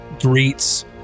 greets